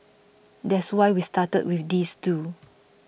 that's why we started with these two